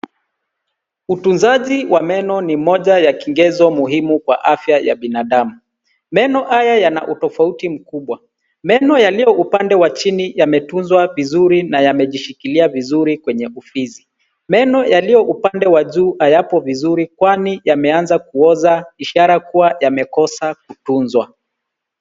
Utunzaji wa meno ni moja ya kigezo muhimu kwa afya ya binadamu. Meno haya yana utofauti mkubwa. Meno yaliyo upande wa chini yametunzwa vizuri na yamejishikilia vizuri kwenye ufizi. Meno yaliyo upande wa juu hayapo vizuri kwani yameanza kuoza ishara kuwa yamekoswa kutunzwa.